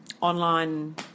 online